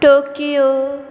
Tokyo